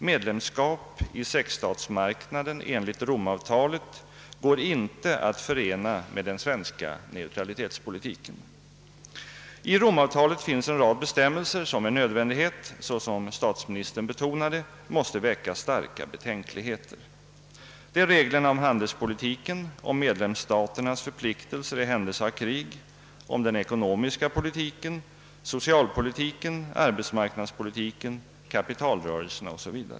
Medlemskap i sexstatsmarknaden enligt Romavtalet går inte att förena med den svenska neutralitetspolitiken. I Romavtalet finns en rad bestämmelser som med nödvändighet — såsom statsministern betonade — måste väcka starka betänkligheter. Det är reglerna om handelspolitiken, om medlemsstaternas förpliktelser i händelse av krig, om den ekonomiska politiken, socialpolitiken, arbetsmarknadspolitiken, kapitalrörelserna 0O.s. Vv.